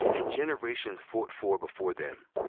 and generations fought for before them.